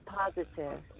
positive